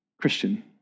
Christian